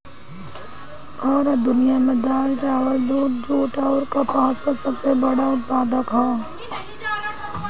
भारत दुनिया में दाल चावल दूध जूट आउर कपास का सबसे बड़ा उत्पादक ह